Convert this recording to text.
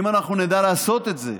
אם אנחנו נדע לעשות את זה,